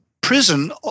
prison